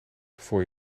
voor